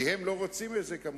כי הם לא רוצים את זה, כמובן.